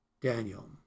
Daniel